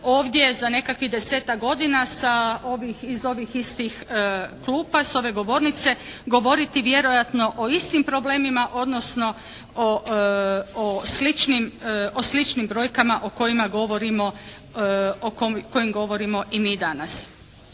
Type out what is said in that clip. ovdje za nekakvih desetak godina iz ovih istih klupa i sa ove govornice govoriti vjerojatno o istim problemima odnosno o sličnim brojkama o kojima govorimo i mi danas.